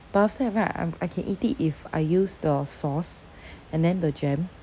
but after that right I I can eat it if I use the sauce and then the jam